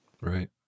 Right